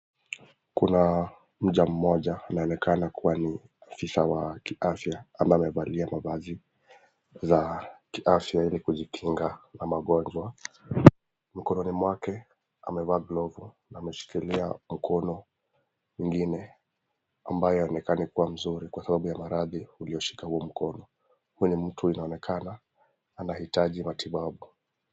Kuna mja mmoja anaonekana kuwa ofisa wa kiafya ama amevalia mavazi ya kiafya ili kujikinga na magonjwa. Mkononi mwake amevaa glovu na ameshikilia mkono mwingine ambayo haionekani kuwa mzuri kwa sababu ya maradhi uliyoshika huo mkono. Huyo ni mtu anayeonekana anahitaji matibabu.